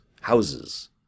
houses